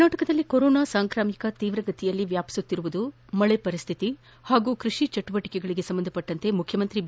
ಕರ್ನಾಟಕದಲ್ಲಿ ಕೊರೊನಾ ಸೋಂಕು ತೀವ್ರಗತಿಯಲ್ಲಿ ವ್ಯಾಪಿಸುತ್ತಿರುವುದು ಹಾಗೂ ಮಳೆ ಪರಿಸ್ಡಿತಿ ಕ್ಪಡಿ ಚಟುವಟಿಕೆಗಳಿಗೆ ಸಂಬಂಧಿಸಿದಂತೆ ಮುಖ್ಯಮಂತಿ ಬಿ